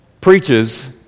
preaches